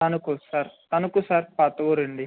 Tanuku sir Tanuku sir పాత ఊరండి